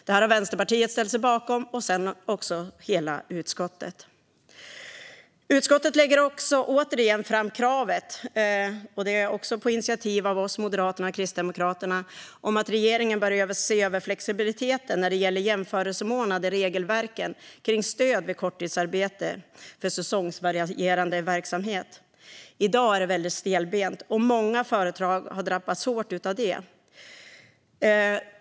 Detta har Vänsterpartiet ställt sig bakom, och sedan också hela utskottet. Utskottet lägger också återigen fram kravet - på initiativ av oss, Moderaterna och Kristdemokraterna - att regeringen ska se över flexibiliteten när det gäller jämförelsemånad i regelverken kring stöd vid korttidsarbete för säsongsvarierande verksamhet. I dag är detta väldigt stelbent, och många företag har drabbats hårt av det.